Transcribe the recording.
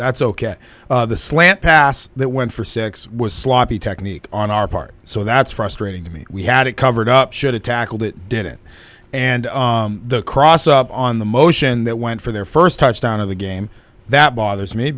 that's ok the slant pass that went for six was sloppy technique on our part so that's frustrating to me we had it covered up should have tackled it didn't and the cross up on the motion that went for their first touchdown of the game that bothers me